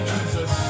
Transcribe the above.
Jesus